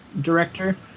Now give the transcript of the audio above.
director